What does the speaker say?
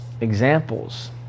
examples